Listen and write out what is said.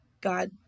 god